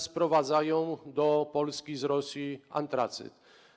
Sprowadza się do Polski z Rosji antracyt.